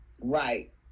Right